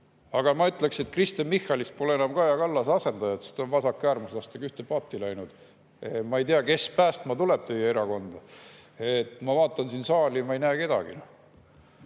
Aga ma ütleksin, et Kristen Michalist pole enam Kaja Kallase asendajat, sest ta on vasakäärmuslastega ühte paati läinud. Ma ei tea, kes tuleb päästma teie erakonda. Ma vaatan siin saali, ma ei näe kedagi.